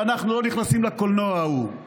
ואנחנו לא נכנסים לקולנוע ההוא.